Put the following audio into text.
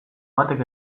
batek